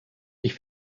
ich